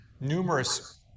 numerous